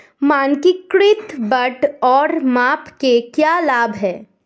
मानकीकृत बाट और माप के क्या लाभ हैं?